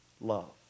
love